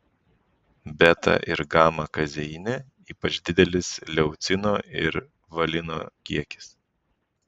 beta ir gama kazeine ypač didelis leucino ir valino kiekis